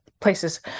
places